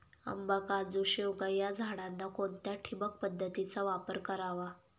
आंबा, काजू, शेवगा या झाडांना कोणत्या ठिबक पद्धतीचा वापर करावा?